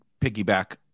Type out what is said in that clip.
piggyback